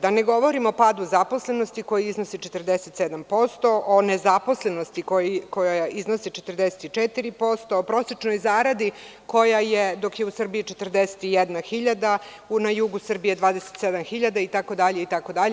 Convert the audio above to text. Da ne govorim o padu zaposlenosti koja iznosi 47%, o nezaposlenosti koja iznosi 44%, o prosečnoj zaradi koja je, dok je u Srbiji 41 hiljada, na jugu Srbije je 27 hiljada itd.